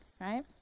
right